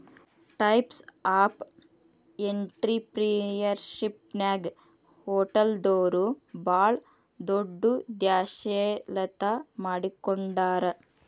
types of ಎನ್ಟ್ರಿಪ್ರಿನಿಯರ್ಶಿಪ್ನ್ಯಾಗ ಹೊಟಲ್ದೊರು ಭಾಳ್ ದೊಡುದ್ಯಂಶೇಲತಾ ಮಾಡಿಕೊಡ್ತಾರ